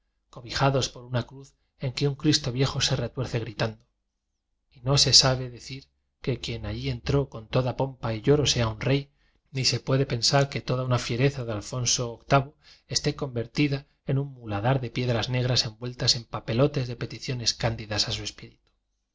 por una cruz en que un cristo viejo se retuerce gritando y no se sabe decir que quien allí entró con toda pompa y lloro sea un rey ni se puede pen sar que toda una fiereza de alfonso viii esté convertida en un muladar de piedras negras envueltas en papelotes de peticiones cándidas a su espíritu